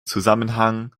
zusammenhang